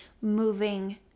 moving